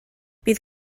bydd